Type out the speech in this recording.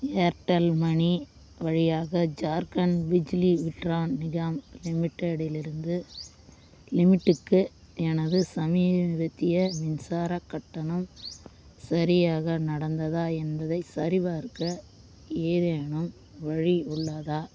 Airtel money வழியாக ஜார்க்கண்ட் பிஜிலி விட்ரான் நிகாம் லிமிடெட்டிலிருந்து லிமிட்டுக்கு எனது சமீபத்திய மின்சாரக் கட்டணம் சரியாக நடந்ததா என்பதைச் சரிபார்க்க ஏதேனும் வழி உள்ளதா